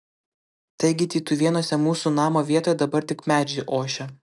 taigi tytuvėnuose mūsų namo vietoje dabar tik medžiai ošia